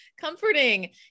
comforting